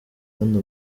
kandi